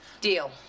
Deal